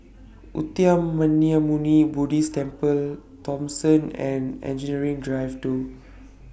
Uttamayanmuni Buddhist Temple Thomson and Engineering Drive two